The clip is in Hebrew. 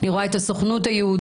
אני רואה את הסוכנות היהודית,